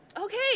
Okay